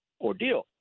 ordeal